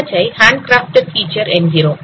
அவற்றை handcrafted feature என்கிறோம்